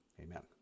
amen